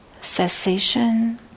Cessation